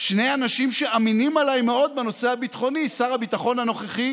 שני האנשים שאמינים עליי מאוד בנושא הביטחוני: שר הביטחון הנוכחי